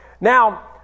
Now